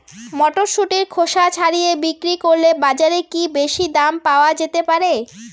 মটরশুটির খোসা ছাড়িয়ে বিক্রি করলে বাজারে কী বেশী দাম পাওয়া যেতে পারে?